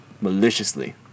maliciously